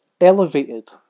elevated